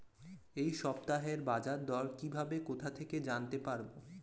এই সপ্তাহের বাজারদর কিভাবে কোথা থেকে জানতে পারবো?